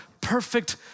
perfect